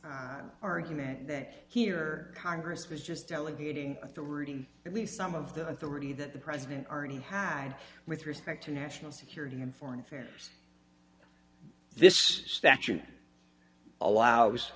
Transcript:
s argument that here congress was just elevating the reading at least some of the authority that the president ernie hyde with respect to national security and foreign affairs this statute allows